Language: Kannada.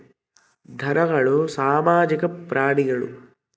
ಧನಗಳು ಸಾಮಾಜಿಕ ಪ್ರಾಣಿಗಳು